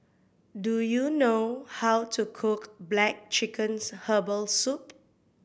do you know how to cook black chicken's herbal soup